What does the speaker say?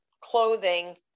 clothing